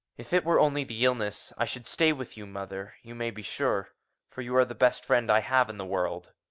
if it were only the illness, i should stay with you, mother, you may be sure for you are the best friend i have in the world.